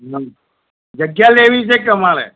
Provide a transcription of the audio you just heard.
જગ્યા લેવી છે અમારે